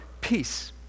Peace